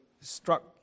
struck